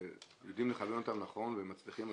ויודעים לכוון אותם נכון ומצליחים.